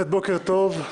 חברי הכנסת, בוקר טוב,